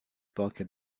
bucket